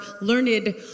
learned